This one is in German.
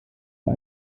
der